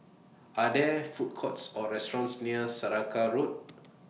Are There Food Courts Or restaurants near Saraca Road